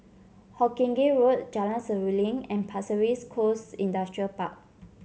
Hawkinge Road Jalan Seruling and Pasir Ris Coast Industrial Park